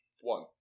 One